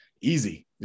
easy